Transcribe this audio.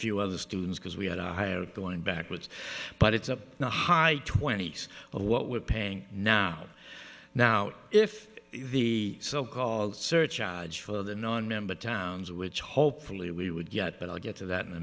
few other students because we had higher going backwards but it's up to the high twenty's of what we're paying now now if the so called surcharge for the nonmember towns which hopefully we would get but i'll get to that in a